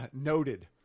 Noted